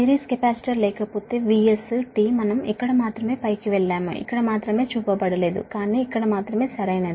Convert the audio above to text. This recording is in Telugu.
సిరీస్ కెపాసిటర్ లేకపోతే VS t మనం ఇక్కడ మాత్రమే పైకి వెళ్తాము ఇక్కడ మాత్రమే చూపబడలేదు కానీ ఇక్కడ మాత్రమే సరైనది